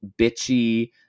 Bitchy